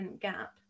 gap